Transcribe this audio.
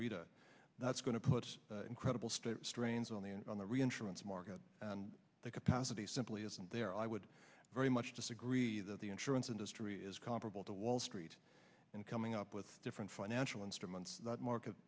rita that's going to put incredible state strains on the on the reinsurance market the capacity simply isn't there i would very much disagree that the insurance industry is comparable to wall street and coming up with different financial instruments the market